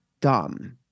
dumb